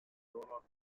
dans